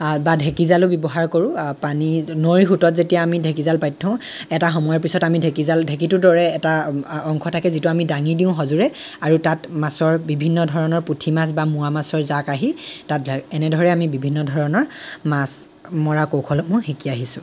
বা ঢেকি জালো ব্যৱহাৰ কৰোঁ পানী নৈৰ সোঁতত যেতিয়া আমি ঢেকি জাল পাতি থওঁ এটা সময়ৰ পিছত আমি ঢেকি জাল ঢেকিটোৰ দৰে এটা অংশ থাকে যিটো আমি দাঙি দিওঁ সজোৰে আৰু তাত মাছৰ বিভিন্ন ধৰণৰ পুঠিমাছ বা মোৱা মাছৰ জাক আহি তাত আমি এনেদৰে আমি বিভিন্ন ধৰণৰ মাছ মৰাৰ কৌশলসমূহ শিকি আহিছোঁ